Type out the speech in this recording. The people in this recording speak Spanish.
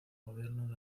gobierno